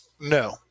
No